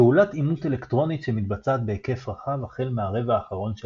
פעולת אימות אלקטרונית שמתבצעת בהיקף רחב החל מהרבע האחרון של